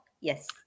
yes